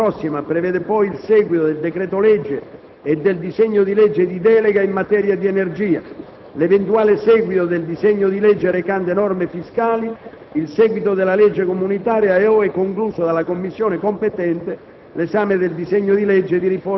Il calendario della settimana prossima prevede poi il seguito del decreto-legge in materia di energia, l'eventuale seguito del disegno di legge recante norme fiscali, il seguito della legge comunitaria e, ove concluso dalla Commissione competente,